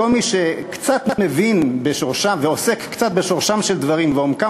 כל מי שקצת מבין ועוסק קצת בשורשם של דברים ובעומקם